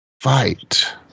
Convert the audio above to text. Fight